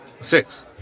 Six